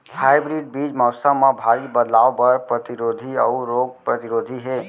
hybrid बीज मौसम मा भारी बदलाव बर परतिरोधी अऊ रोग परतिरोधी हे